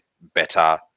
better